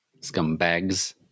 Scumbags